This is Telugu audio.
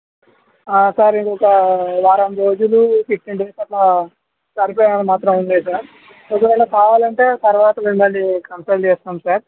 సార్ ఇంకొక వారం రోజులు ఫిఫ్టీన్ డేస్ అట్ల సరిపోయే అన్ని మాత్రం ఉన్నాయి సార్ ఒకవేళ కావాలంటే తర్వాత మిమ్మల్ని కన్సల్ట్ చేస్తాం సార్